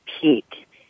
Peak